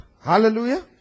hallelujah